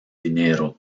dinero